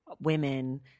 women